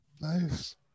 Nice